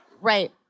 Right